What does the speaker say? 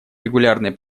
регулярной